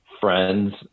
Friends